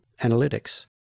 analytics